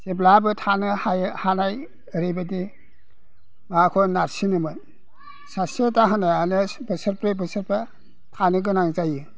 जेब्लाबो थानो हानाय ओरैबायदि माबाखौ नारसिनोमोन सासे दाहोनायानो बोसोरब्रै बोसोरबा थानो गोनां जायो